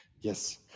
Yes